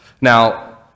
Now